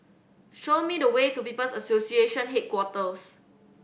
show me the way to People's Association Headquarters